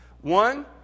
One